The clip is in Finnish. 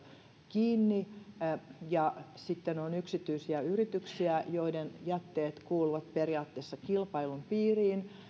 kiinni sitten on yksityisiä yrityksiä joiden jätteet kuuluvat periaatteessa kilpailun piiriin